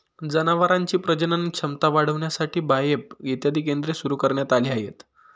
जनावरांची प्रजनन क्षमता वाढविण्यासाठी बाएफ इत्यादी केंद्रे सुरू करण्यात आली आहेत